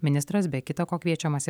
ministras be kita ko kviečiamas į